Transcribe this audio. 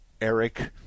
Eric